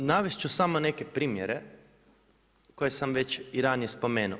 Navest ću samo neke primjere koje sam već i ranije spomenuo.